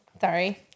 Sorry